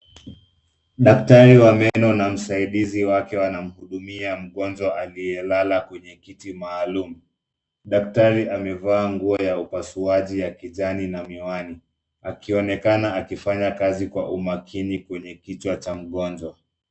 Daktari wa meno na msaidizi wake wanamhudumia mgonjwa aliyelala kwenye kiti maalum. Daktari amevaa nguo ya upasuaji ya kijani na miwani akionekana akifanya kazi kwa umaakini kwenye kichwa cha mgonjwa.